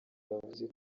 yavuze